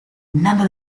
nada